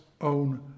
own